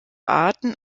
arten